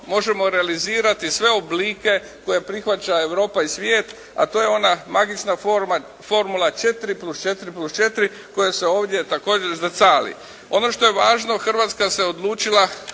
možemo realizirati sve oblike koje prihvaća Europa i svijeta a to je ona magična formula četiri plus četiri plus četiri koja se ovdje također zrcali. Ono što je važno Hrvatska se odlučila